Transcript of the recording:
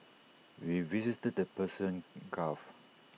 we visited the Persian gulf